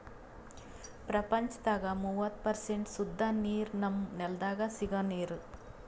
ಪ್ರಪಂಚದಾಗ್ ಮೂವತ್ತು ಪರ್ಸೆಂಟ್ ಸುದ್ದ ನೀರ್ ನಮ್ಮ್ ನೆಲ್ದಾಗ ಸಿಗೋ ನೀರ್